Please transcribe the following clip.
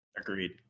Agreed